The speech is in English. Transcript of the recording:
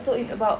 mm